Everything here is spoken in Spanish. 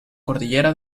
cordillera